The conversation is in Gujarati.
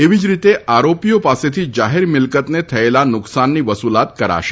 એવી જ રીતે આરોપીઓ પાસેથી જાહેર મિલકતને થયેલા નુકસાનની વસૂલાત કરાશે